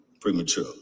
premature